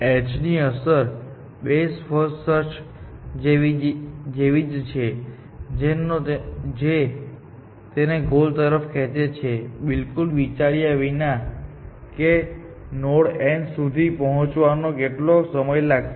h ની અસર best first search જેવી છે જે તેને ગોલ તરફ ખેંચે છે બિલકુલ વિચાર્યા વિના કે નોડ n સુધી પોંહચવામાં કેટલો સમય લાગશે